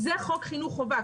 זה חוק חינוך חובה,